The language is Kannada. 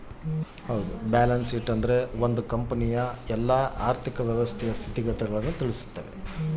ಬ್ಯಾಲನ್ಸ್ ಶೀಟ್ ಅಂದ್ರೆ ಒಂದ್ ಕಂಪನಿಯ ಆರ್ಥಿಕ ಪರಿಸ್ಥಿತಿ ತಿಳಿಸ್ತವೆ